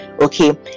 okay